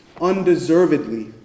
undeservedly